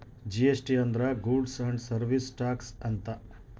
GST ಅಂದ್ರ goods and service tax ಅಂತ